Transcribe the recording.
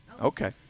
Okay